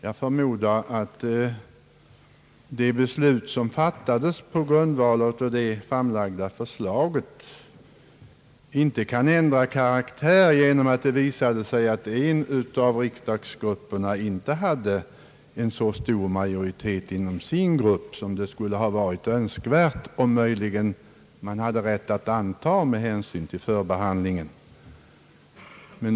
Jag förmodar att det beslut som fattades på grundval av det framlagda förslaget inte kan ändra karaktär därigenom att det visade sig att inom en av riksdagsgrupperna inte fanns så stor majoritet som hade varit önskvärt och man möjligen haft rätt att anta med hänsyn till förbehandlingen.